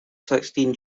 sixteen